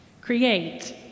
Create